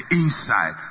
inside